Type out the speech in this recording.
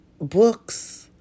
Books